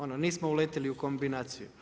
Ono nismo uletili u kombinaciju.